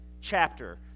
chapter